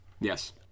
Yes